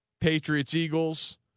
Patriots-Eagles